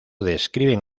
describen